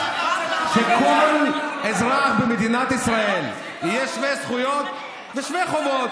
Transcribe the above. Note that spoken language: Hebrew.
הוא שכל אזרח במדינת ישראל יהיה שווה זכויות ושווה חובות.